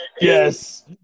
Yes